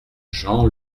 jean